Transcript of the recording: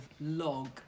log